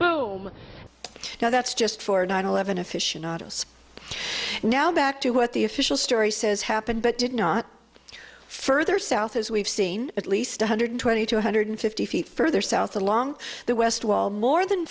boom now that's just for nine eleven afficionados now back to what the official story says happened but did not further south as we've seen at least one hundred twenty two hundred fifty feet further south along the west wall more than